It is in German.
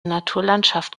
naturlandschaft